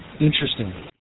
Interesting